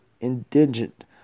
indigent